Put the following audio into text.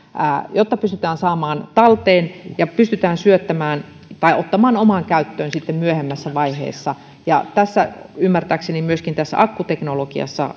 jotta pystytään saamaan talteen ja pystytään syöttämään tai ottamaan omaan käyttöön myöhemmässä vaiheessa ymmärtääkseni akkuteknologiassa